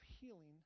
healing